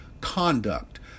conduct